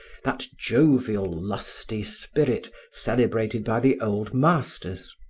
that jovial lusty spirit celebrated by the old masters.